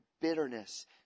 bitterness